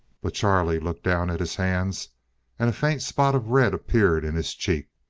but charlie looked down at his hands and a faint spot of red appeared in his cheek.